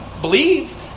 believe